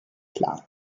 klar